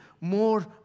more